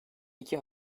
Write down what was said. iki